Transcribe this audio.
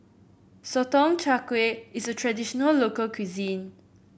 Sotong Char Kway is a traditional local cuisine